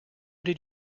did